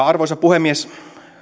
arvoisa puhemies